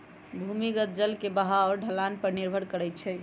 भूमिगत जल के बहाव ढलान पर निर्भर करई छई